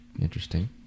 Interesting